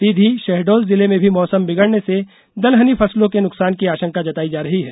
सीघी शहडोल जिले में भी मौसम बिगड़ने से दलहनी फसलों के नुकसान की आशंका जताई जा रही है